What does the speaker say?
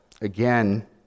again